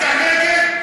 אתה נגד?